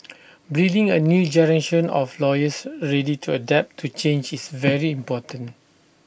breeding A new generation of lawyers ready to adapt to change is very important